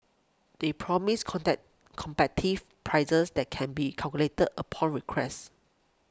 they promise prices that can be calculated upon request